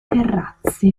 terrazze